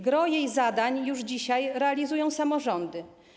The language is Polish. Gros jej zadań już dzisiaj realizują samorządy.